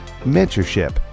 mentorship